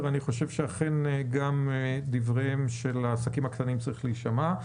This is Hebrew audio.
אני חושב שאכן גם דבריהם של העסקים הקטנים צריכים להישמע.